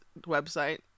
website